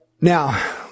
Now